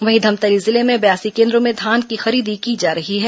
वहीं धमतरी जिले में बयासी केन्द्रों में धान की खरीदी की जा रही है